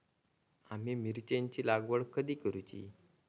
आम्ही मिरचेंची लागवड कधी करूची?